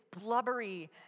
blubbery